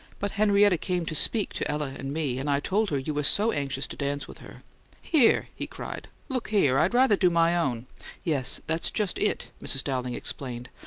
but henrietta came to speak to ella and me, and i told her you were so anxious to dance with her here! he cried. look here! i'd rather do my own yes that's just it, mrs. dowling explained.